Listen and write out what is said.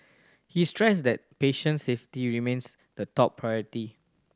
he stressed that patient safety remains the top priority